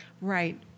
Right